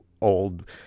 old